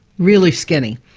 really skinny.